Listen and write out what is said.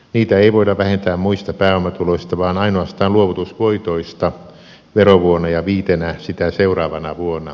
niitä ei voida vähentää muista pääomatuloista vaan ainoastaan luovutusvoitoista verovuonna ja viitenä sitä seuraavana vuonna